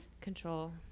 control